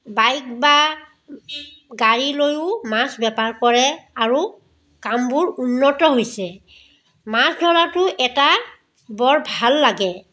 bike বা গাড়ীলৈও মাছ বেপাৰ কৰে আৰু কামবোৰ উন্নত হৈছে মাছ ধৰাটো এটা বৰ ভাল লাগে